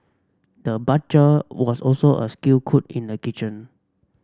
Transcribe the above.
the butcher was also a skilled cook in a kitchen